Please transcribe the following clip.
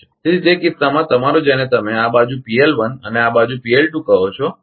તેથી તે કિસ્સામાં તમારો જેને તમે આ બાજુ અને આ બાજુ કહો છો